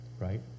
Right